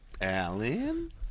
Alan